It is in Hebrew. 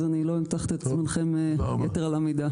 אז אני לא אמתח את זמנכם יתר על המידה.